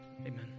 Amen